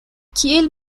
kiel